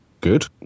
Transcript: good